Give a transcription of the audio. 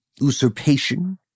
usurpation